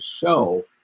show